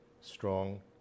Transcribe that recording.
strong